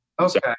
okay